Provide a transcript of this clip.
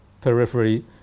periphery